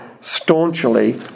staunchly